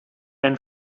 and